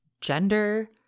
gender